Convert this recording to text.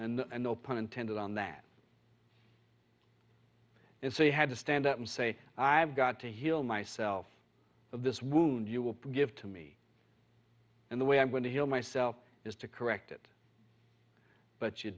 and no pun intended on that is he had to stand up and say i have got to heal myself of this wound you will give to me and the way i'm going to heal myself is to correct it but you